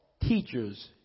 teachers